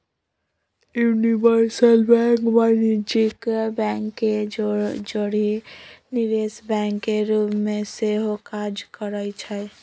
universal bank वाणिज्यिक bank के जौरही निवेश बैंक के रूप में सेहो काज करइ छै